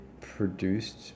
Produced